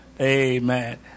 Amen